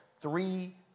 three